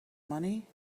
money